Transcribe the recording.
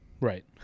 Right